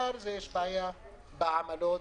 גם יש בעיה בעמלות,